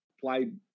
played